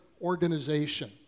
organization